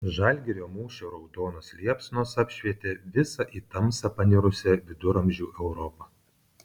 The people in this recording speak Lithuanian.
žalgirio mūšio raudonos liepsnos apšvietė visą į tamsą panirusią viduramžių europą